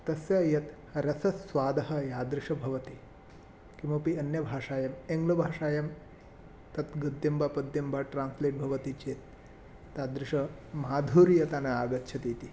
तस्य यत् रसास्वादः यादृशः भवति किमपि अन्यभाषायाम् एङ्ग्लभाषायां तत् गद्यं वा पद्यं वा ट्रान्स्लेट् भवति चेत् तादृशा माधुर्यता न आगच्छति इति